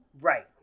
right